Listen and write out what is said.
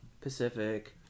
Pacific